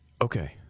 Okay